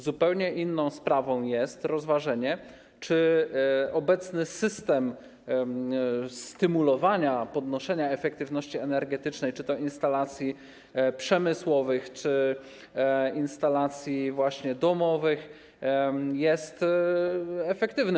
Zupełnie inną sprawą jest rozważenie, czy obecny system stymulowania, podnoszenia efektywności energetycznej czy to instalacji przemysłowych, czy instalacji właśnie domowych jest efektywny.